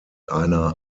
einer